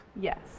Yes